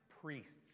Priests